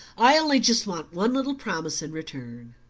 i only just want one little promise in return.